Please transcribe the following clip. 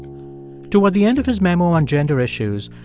toward the end of his memo on gender issues,